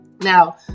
Now